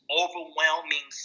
overwhelming